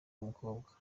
w’umukobwa